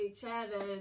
Chavez